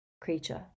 Creature